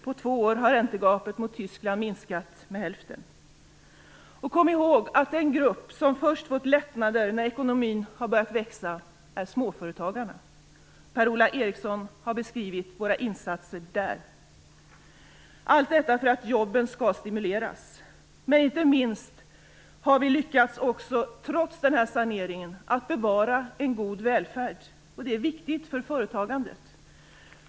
På två år har räntegapet mot Tyskland minskat med hälften. Kom ihåg att den grupp som först fått lättnader när ekonomin börjat växa är småföretagarna. Per-Ola Eriksson har beskrivit våra insatser där. Allt detta har vi gjort för att jobben skall stimuleras. Men inte minst har vi också, trots denna sanering, lyckats bevara en god välfärd, och det är viktigt för företagandet.